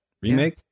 Remake